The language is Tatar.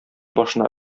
башына